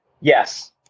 Yes